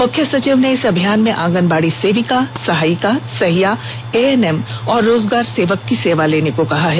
मुख्य सचिव ने इस अभियान में आगनबाड़ी सेविका सहायिका सहिया एएनएम और रोजगार सेवक की सेवा लेने को कहा है